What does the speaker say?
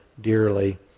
dearly